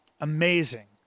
Amazing